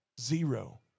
Zero